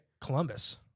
Columbus